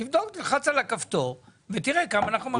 תבדוק, לחץ על הכפתור ותראה כמה אנחנו מרוויחים.